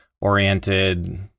oriented